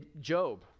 Job